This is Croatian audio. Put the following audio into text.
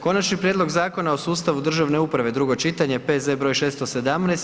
Konačni prijedlog Zakona o sustavu državne uprave, drugo čitanje, P.Z. broj 617.